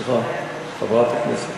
סליחה, חברת הכנסת